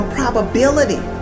probability